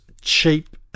cheap